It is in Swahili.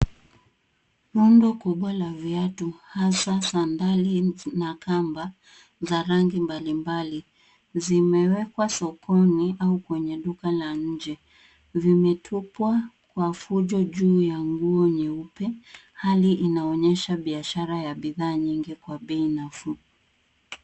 Rundo kubwa la viatu hasa sandali na kamba za rangi mbalimbali. Zimewekwa sokoni au kwenye duka la nje. Vimetupwa kwa fujo juu ya nguo nyeupe. Hali inaonyesha biashara ya bidhaa nyingi kwa bei nafuu.